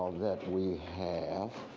that we have?